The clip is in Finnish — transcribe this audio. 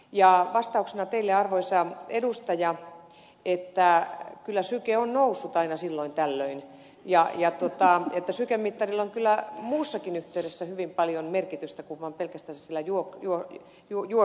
vastauksena teille arvoisa edustaja että kyllä syke on noussut aina silloin tällöin että sykemittarilla on kyllä muussakin yhteydessä hyvin paljon merkitystä kuin vaan pelkästänsä juostessa